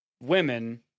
women